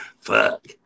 fuck